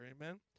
amen